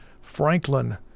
Franklin